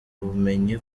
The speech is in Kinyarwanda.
ubumenyi